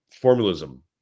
formalism